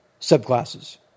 subclasses